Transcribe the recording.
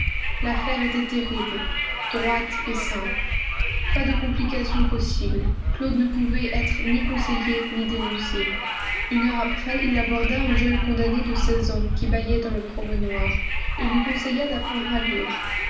l'affaire était terrible droite et simple pas de complication possible claude ne pouvait être ni conseillé ni dénoncé une heure après il aborda un jeune condamné de seize ans qui bâillait dans le promenoir et lui conseilla d'apprendre à lire